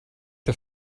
der